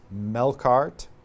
Melkart